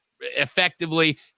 effectively